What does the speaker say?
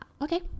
Okay